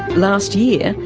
last year,